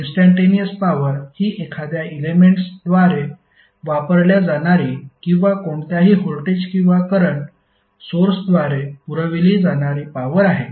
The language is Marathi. इंस्टंटेनिअस पॉवर ही एखाद्या एलेमेंट्सद्वारे वापरल्या जाणारी किंवा कोणत्याही व्होल्टेज किंवा करंट सोर्सद्वारे पुरविली जाणारी पॉवर आहे